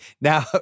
now